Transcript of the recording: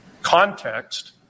Context